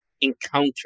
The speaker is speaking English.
encounter